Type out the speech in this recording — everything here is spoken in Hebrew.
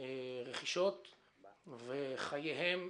ברכישות וחייהם,